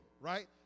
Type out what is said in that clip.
right